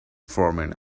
forming